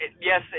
yes